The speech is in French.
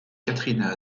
katrina